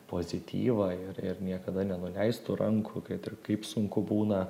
pozityvą ir ir niekada nenuleist tų rankų kad ir kaip sunku būna